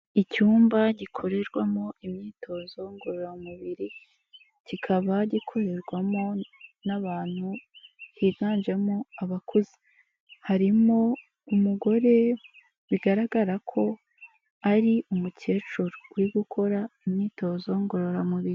Icyumba gikorerwamo imyitozo ngororamubiri, kikaba gikorerwamo n'abantu higanjemo abakuze, harimo umugore bigaragara ko ari umukecuru uri gukora imyitozo ngororamubiri.